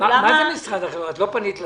לא פנית לשר?